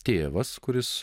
tėvas kuris